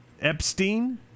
Epstein